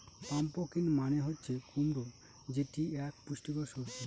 pumpkin মানে হচ্ছে কুমড়ো যেটি এক পুষ্টিকর সবজি